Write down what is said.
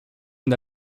une